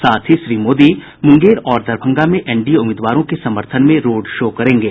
साथ ही श्री मोदी मुंगेर और दरभंगा में एनडीए उम्मीदवारों के समर्थन में रोड शो करेंगे